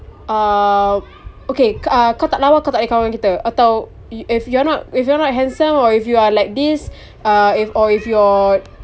uh okay uh kau tak lawa kau tak boleh kawan dengan kita atau if you're not if you're not handsome or if you are like this uh or if or if you're